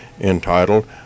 entitled